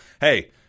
hey